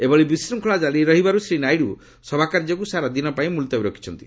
ଏଭଳି ବିଶ୍ଚଙ୍ଗଳା କାରି ରହିବାରୁ ଶ୍ରୀ ନାଇଡୁ ସଭାକାର୍ଯ୍ୟକୁ ସାରା ଦିନ ପାଇଁ ମୁଲତବୀ ରଖିଛନ୍ତି